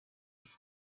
iki